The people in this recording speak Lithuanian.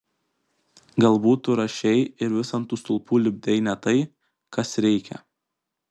galbūt tu rašei ir vis ant tų stulpų lipdei ne tai kas reikia